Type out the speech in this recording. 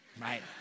right